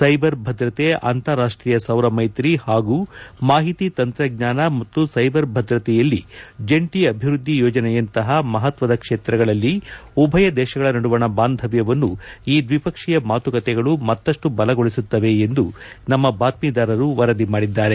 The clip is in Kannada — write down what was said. ಸ್ಟೆಬರ್ ಭದ್ರತೆ ಅಂತಾರಾಷ್ಟೀಯ ಸೌರ ಮೈತ್ರಿ ಹಾಗೂ ಮಾಹಿತಿ ತಂತ್ರಜ್ಞಾನ ಮತ್ತು ಸೈಬರ್ ಭದ್ರತೆಯಲ್ಲಿ ಜಂಟಿ ಅಭಿವೃದ್ದಿ ಯೋಜನೆಯಂತಹ ಮಹತ್ವದ ಕ್ಷೇತ್ರಗಳಲ್ಲಿ ಉಭಯ ದೇಶಗಳ ನಡುವಣ ಬಾಂಧವ್ಯವನ್ನು ಈ ದ್ವಿಪಕ್ಷೀಯ ಮಾತುಕತೆಗಳು ಮತ್ತಷ್ಟು ಬಲಗೊಳಿಸುತ್ತವೆ ಎಂದು ನಮ್ಮ ಬಾತ್ಮೀದಾರರು ವರದಿ ಮಾಡಿದ್ದಾರೆ